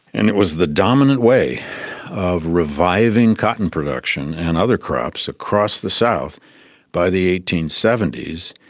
and it was the dominant way of reviving cotton production and other crops across the south by the eighteen seventy s.